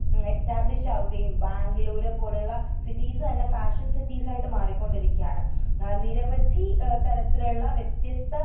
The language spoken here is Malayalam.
എസ്റ്റാബ്ലിഷ് ആകുകയും ബാംഗ്ലൂർ പോലെ ഉള്ള സിറ്റീസ് തന്നെ ഫാഷൻ സിറ്റിസായിട്ട് മാറിക്കൊണ്ടിരിക്കുകയാണ് നിരവധി തരത്തിലുള്ള വ്യത്യസ്ത